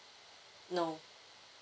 no